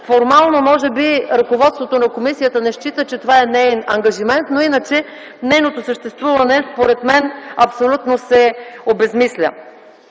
Формално, може би, ръководството на комисията не счита, че това е неин ангажимент, но иначе нейното съществуване, според мен, абсолютно се обезсмисля.